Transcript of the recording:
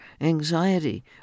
anxiety